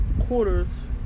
quarters